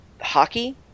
hockey